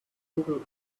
google